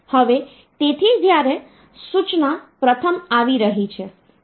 હવે તેથી જ્યારે સૂચના પ્રથમ આવી રહી છે